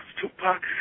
Tupac